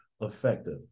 effective